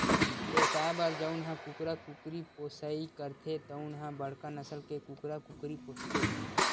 बेवसाय बर जउन ह कुकरा कुकरी पोसइ करथे तउन ह बड़का नसल के कुकरा कुकरी पोसथे